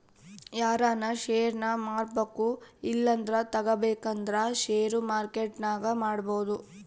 ಯಾರನ ಷೇರ್ನ ಮಾರ್ಬಕು ಇಲ್ಲಂದ್ರ ತಗಬೇಕಂದ್ರ ಷೇರು ಮಾರ್ಕೆಟ್ನಾಗ ಮಾಡ್ಬೋದು